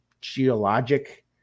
geologic